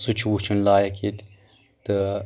سُہ چھُ وٕچھُن لایق ییٚتہِ تہٕ